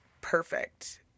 Perfect